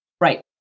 Right